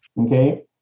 Okay